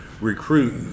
recruit